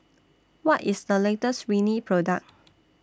What IS The latest Rene Product